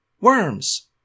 Worms